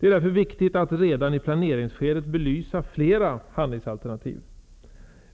Det är därför viktigt att redan i planeringsskedet belysa flera handlingsalternativ.